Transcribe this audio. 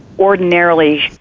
ordinarily